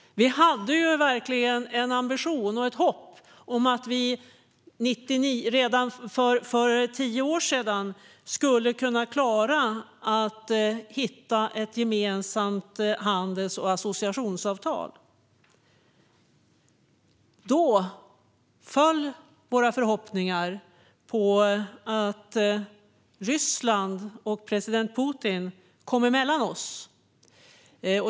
Vi hade verkligen en ambition och ett hopp om att redan för tio år sedan kunna komma fram till ett gemensamt handels och associationsavtal. Då föll våra förhoppningar på att Ryssland och president Putin kom mellan oss.